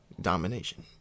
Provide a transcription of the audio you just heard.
domination